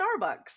starbucks